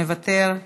מוותר,